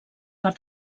per